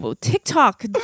tiktok